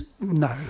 no